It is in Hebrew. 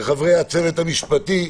לחברי הצוות המשפטי,